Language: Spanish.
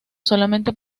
solamente